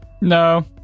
No